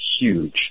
huge